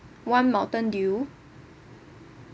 one mountain dew